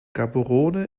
gaborone